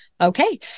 okay